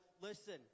Listen